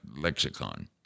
lexicon